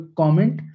comment